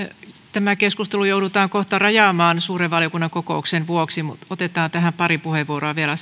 tämä keskustelu joudutaan kohta rajaamaan suuren valiokunnan kokouksen vuoksi mutta otetaan tähän pari puheenvuoroa vielä